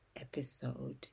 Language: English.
episode